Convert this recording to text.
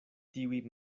tiuj